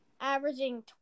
averaging